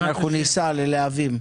כן, אנחנו ניסע ללהבים.